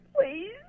Please